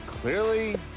clearly